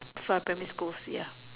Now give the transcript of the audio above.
from primary schools ya